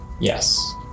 Yes